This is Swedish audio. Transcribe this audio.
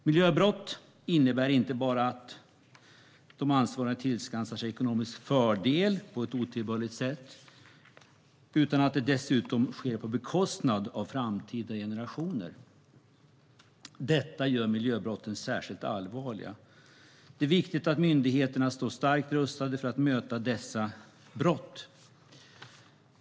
Miljöbrott innebär inte bara att de ansvariga tillskansar sig ekonomisk fördel på ett otillbörligt sätt utan att det dessutom sker på bekostnad av framtida generationer. Detta gör miljöbrotten särskilt allvarliga. Det är viktigt att myndigheterna står starkt rustade för att möta dessa brott.